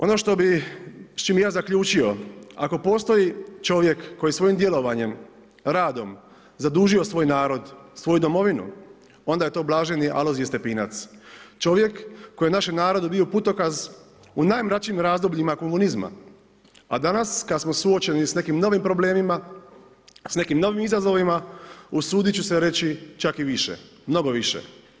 Ono što bih, s čim bih ja zaključio ako postoji čovjek koji svojim djelovanjem, radom zadužio svoj narod, svoju Domovinu onda je to blaženi Alojzije Stepinac čovjek koji je našem narodu bio putokaz u najmračnijim razdobljima komunizma, a danas kad smo suočeni sa nekim novim problemima, sa nekim novim izazovima usudit ću se reći čak i više, mnogo više.